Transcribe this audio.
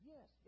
Yes